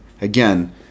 again